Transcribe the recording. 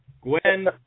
Gwen